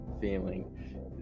feeling